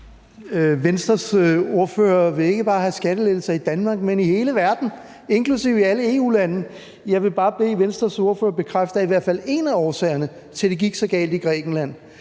Venstres ordfører vil ikke bare have skattelettelser i Danmark, men i hele verden, inklusive i alle EU-lande. Jeg vil bare bede Venstres ordfører bekræfte, at i hvert fald en af årsagerne til, at det gik så galt i Grækenland,